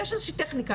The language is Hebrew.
יש טכניקה,